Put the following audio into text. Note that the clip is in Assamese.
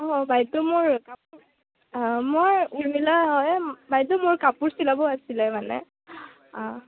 অ' বাইদেউ মোৰ কাপোৰ অঁ মই উৰ্মিলা হয় বাইদেউ মোৰ কাপোৰ চিলাব আছিলে মানে